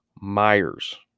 Myers